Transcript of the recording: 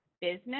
business